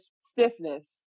stiffness